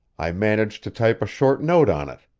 i managed to type a short note on it.